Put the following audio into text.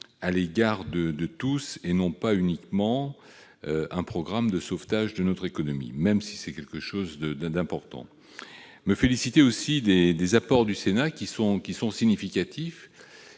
à l'égard de tous, et non pas uniquement d'un programme de sauvetage de notre économie, même si ce dernier point est important. Je me félicite aussi des apports du Sénat, qui sont significatifs.